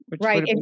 Right